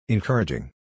Encouraging